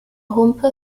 humpe